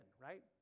right